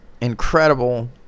incredible